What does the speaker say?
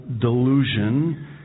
delusion